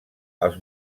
als